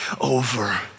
over